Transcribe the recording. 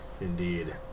indeed